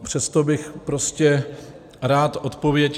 Přesto bych prostě rád odpověď.